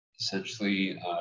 essentially